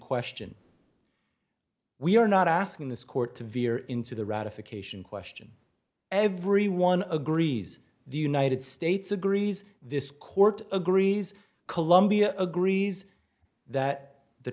question we are not asking this court to veer into the ratification question everyone agrees the united states agrees this court agrees columbia agrees that the